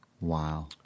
Wow